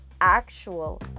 actual